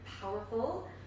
powerful